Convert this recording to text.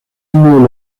uno